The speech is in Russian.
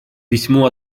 письмо